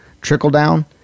trickle-down